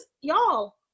y'all